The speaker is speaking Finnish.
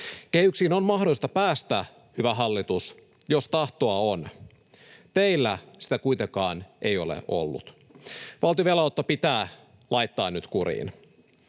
Kehyksiin on mahdollista päästä, hyvä hallitus, jos tahtoa on. Teillä sitä kuitenkaan ei ole ollut. Valtion velanotto pitää laittaa nyt kuriin.